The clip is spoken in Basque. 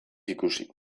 ikusi